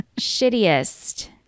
Shittiest